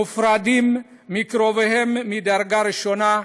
מופרדים מקרוביהם מדרגה ראשונה,